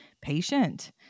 patient